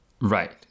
Right